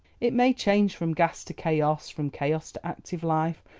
it may change from gas to chaos, from chaos to active life,